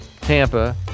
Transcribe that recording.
Tampa